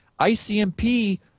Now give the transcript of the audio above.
ICMP